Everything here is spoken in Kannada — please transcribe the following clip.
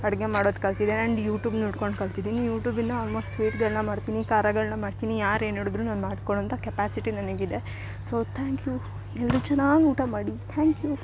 ಅಡಿಗೆ ಮಾಡೋದು ಕಲ್ತಿದೀನಿ ಆ್ಯಂಡ್ ಯೂಟೂಬ್ ನೋಡ್ಕೊಂಡು ಕಲ್ತಿದೀನಿ ಯೂಟೂಬ್ ಇಂದ ಆಲ್ಮೋಸ್ಟ್ ಸ್ವೀಟ್ಗಳನ್ನ ಮಾಡ್ತೀನಿ ಖಾರಗಳ್ನ ಮಾಡ್ತೀನಿ ಯಾರು ಏನು ಹೇಳಿದ್ರು ನಾನು ಮಾಡ್ಕೋಡ್ವಂಥ ಕೆಪಾಸಿಟಿ ನನಗಿದೆ ಸೊ ತ್ಯಾಂಕ್ ಯು ಎಲ್ಲರು ಚೆನ್ನಾಗ್ ಊಟ ಮಾಡಿ ಥ್ಯಾಂಕ್ ಯು